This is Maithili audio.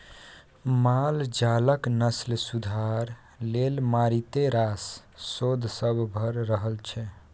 माल जालक नस्ल सुधार लेल मारिते रास शोध सब भ रहल छै